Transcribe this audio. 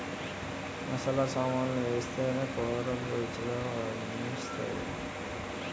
మసాలా సామాన్లు వేస్తేనే కూరలు రుచిగా అనిపిస్తాయి